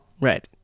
right